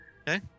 Okay